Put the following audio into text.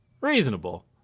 Reasonable